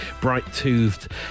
bright-toothed